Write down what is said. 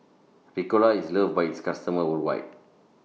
Ricola IS loved By its customers worldwide